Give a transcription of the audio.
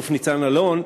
אלוף ניצן אלון,